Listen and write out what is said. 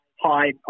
Hi